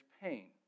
pain